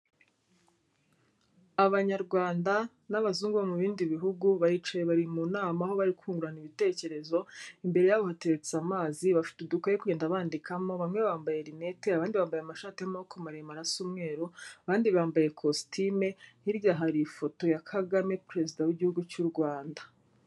Abanyarwanda n'abazungu bo mu bindi bihugu baricaye bari mu nama aho bari kungurana ibitekerezo, imbere yabo hateretse amazi bafite udukayi bari kugenda bandikamo bamwe bambaye rinete abandi bambaye amashati y'amaboko maremare asa umweru, abandi bambaye kositime hirya hari ifoto ya Kagame perezida w'igihugu cy'u Rwanda.